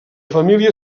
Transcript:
família